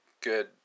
good